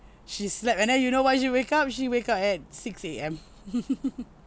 she slept and then you know why she wake up she wake up at six A_M